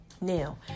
Now